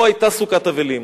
פה היתה סוכת אבלים.